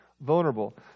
vulnerable